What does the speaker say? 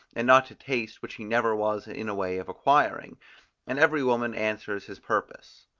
and not to taste which he never was in a way of acquiring and every woman answers his purpose.